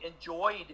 enjoyed